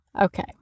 Okay